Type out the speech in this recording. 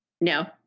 no